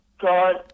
God